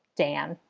dan,